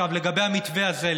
לגבי המתווה הזה,